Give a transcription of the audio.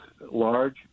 large